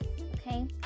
okay